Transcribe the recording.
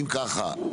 אם ככה,